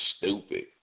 stupid